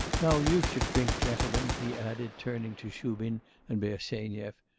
now you should drink, gentlemen he added, turning to shubin and bersenyev,